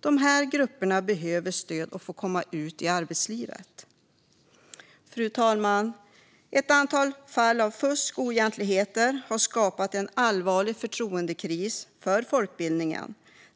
De här grupperna behöver stöd för att komma ut i arbetslivet. Fru talman! Ett antal fall av fusk och oegentligheter har skapat en allvarlig förtroendekris för folkbildningen.